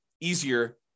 easier